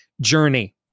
journey